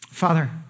Father